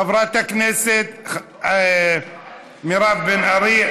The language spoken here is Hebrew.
חברת הכנסת מירב בן ארי,